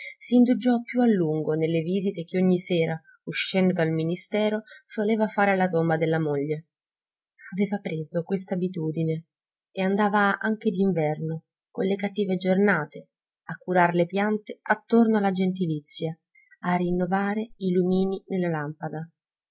padre s'indugiò più a lungo nelle visite che ogni sera uscendo dal ministero soleva fare alla tomba della moglie aveva preso quest'abitudine e andava anche d'inverno con le cattive giornate a curar le piante attorno alla gentilizia a rinnovare i lumini nella lampada